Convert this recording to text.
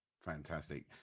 Fantastic